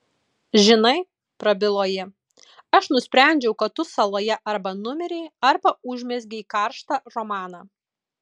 žinai prabilo ji aš nusprendžiau kad tu saloje arba numirei arba užmezgei karštą romaną